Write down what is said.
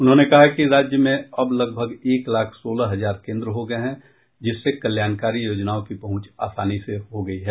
उन्होंने कहा कि राज्य में अब लगभग एक लाख सोलह हजार केन्द्र हो गये हैं जिससे कल्याणकारी योजनाओं की पहुंच आसानी से हो गयी है